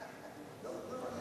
לא, לא.